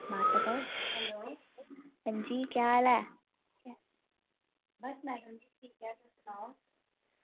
अंजी केह् हाल ऐ